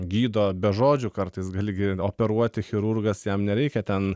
gydo be žodžių kartais gali gi operuoti chirurgas jam nereikia ten